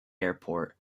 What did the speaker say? airport